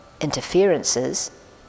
Interferences